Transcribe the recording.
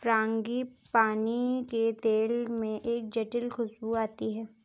frangipani के तेल में एक जटिल खूशबू आती है